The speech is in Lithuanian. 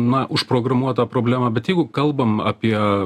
na užprogramuotą problemą bet jeigu kalbam apie